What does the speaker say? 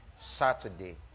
Saturday